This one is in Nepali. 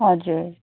हजुर